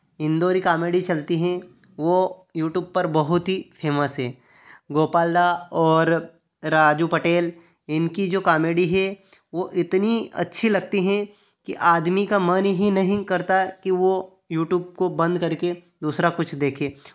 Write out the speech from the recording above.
Indori comedy चलती है वो यूट्यूब पर बहुत ही फेमस है गोपाल दा और राजू पटेल इनकी जो कामेडी है वो इतनी अच्छी लगती है कि आदमी का मन ही नहीं करता कि वो यूट्यूब को बंद करके दूसरा कुछ देखे